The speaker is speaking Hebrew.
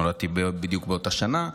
נולדתי בדיוק באותה שנה,